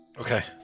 Okay